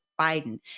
biden